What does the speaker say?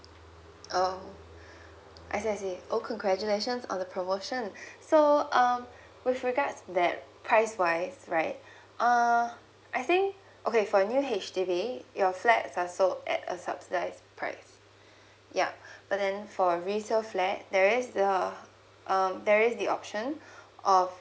oh I see I see oh congratulation on the promotion so um with regards that price wise right uh I think okay for a new H_D_B your flat also at a subsidised price yup but then for a resale flat there is the um there is the option of